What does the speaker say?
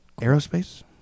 aerospace